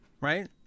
right